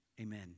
amen